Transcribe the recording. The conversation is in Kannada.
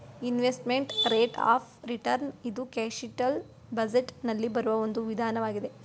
ಇನ್ವೆಸ್ಟ್ಮೆಂಟ್ ರೇಟ್ ಆಫ್ ರಿಟರ್ನ್ ಇದು ಕ್ಯಾಪಿಟಲ್ ಬಜೆಟ್ ನಲ್ಲಿ ಬರುವ ಒಂದು ವಿಧಾನ ಆಗಿದೆ